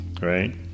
right